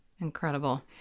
Incredible